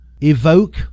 Evoke